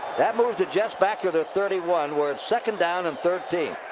that moves the jets back to their thirty one, where it's second down and thirteen.